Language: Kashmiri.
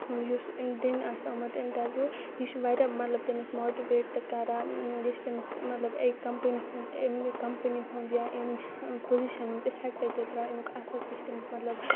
یُس أمۍ دِنہِ آسہِ آمُت اِنٹرویو یہِ چھُ واریاہ مطلب تٔمِس ماٹِویٹ تہِ کران یہِ چھُ تٔمِس مطلب أکۍ کَمپٔنۍ ہُند اَمہِ کَمپٔنۍ ہُند یا اَمہِ پُوٚزِشَنُک اِفیکٹ تہِ تراوان اَمیُک اَثر تہِ چھُ أمِس مطلب